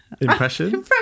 Impression